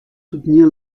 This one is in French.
soutenir